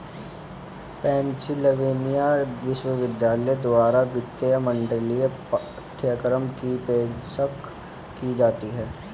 Pennsylvania विश्वविद्यालय द्वारा वित्तीय मॉडलिंग पाठ्यक्रम की पेशकश की जाती हैं